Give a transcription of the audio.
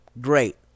great